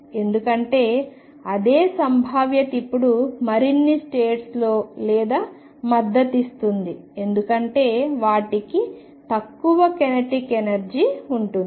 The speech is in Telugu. ఎందుకంటే అదే సంభావ్యత ఇప్పుడు మరిన్ని స్టేట్స్ లో లేదా మద్దతునిస్తుంది ఎందుకంటే వాటికి తక్కువ కైనెటిక్ ఎనర్జీ ఉంటుంది